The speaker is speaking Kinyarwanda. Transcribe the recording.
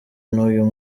n’uyu